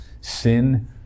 Sin